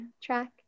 track